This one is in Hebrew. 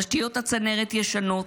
תשתיות הצנרת הישנות,